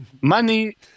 money